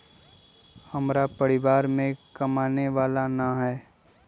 हमरा परिवार में कमाने वाला ना है?